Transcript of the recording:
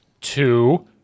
Two